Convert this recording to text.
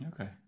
Okay